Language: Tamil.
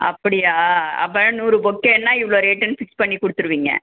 அப்படியா அப்போ நூறு பொக்கேன்னா இவ்வளோ ரேட்டுன்னு ஃபிக்ஸ் பண்ணிக் கொடுத்துருவீங்க